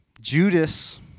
Judas